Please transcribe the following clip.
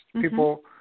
people